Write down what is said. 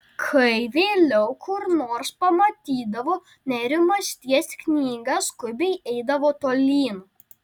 kai vėliau kur nors pamatydavo nerimasties knygą skubiai eidavo tolyn